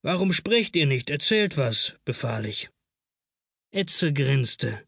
warum sprecht ihr nicht erzählt was befahl ich edse grinste